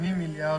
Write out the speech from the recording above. מה-80 מיליארד,